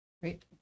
great